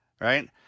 right